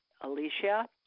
Alicia